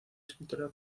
escritora